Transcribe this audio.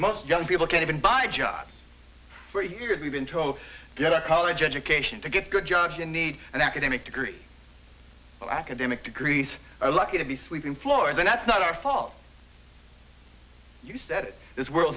most young people can't even buy a job for years we've been told get a college education to get good jobs you need an academic degree but academic degrees are lucky to be sweeping floors and that's not our fault you said this